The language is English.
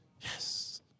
Yes